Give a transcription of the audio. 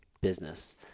business